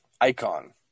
Icon